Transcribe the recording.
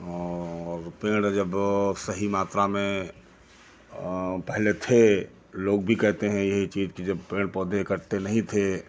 और पेड़ जब सही मात्रा में पहले थे लोग भी कहते हैं यही चीज कि जब पेड़ पौधे कटते नहीं थे